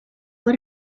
fue